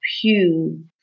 Pew